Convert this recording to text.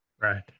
Right